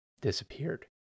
disappeared